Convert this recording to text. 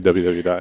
www